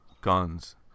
guns